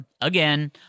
again